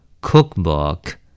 Cookbook